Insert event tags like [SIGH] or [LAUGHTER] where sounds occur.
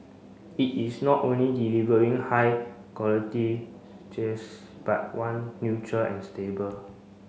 it is not only delivering high quality [UNINTELLIGIBLE] but one neutral and stable